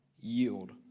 yield